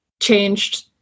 changed